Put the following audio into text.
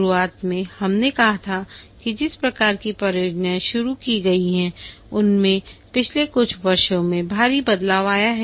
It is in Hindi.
शुरुआत में हमने कहा था कि जिस प्रकार की परियोजनाएँ शुरू की गई हैं उनमें पिछले कुछ वर्षों में भारी बदलाव आया है